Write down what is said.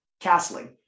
castling